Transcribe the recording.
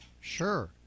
Sure